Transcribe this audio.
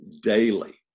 daily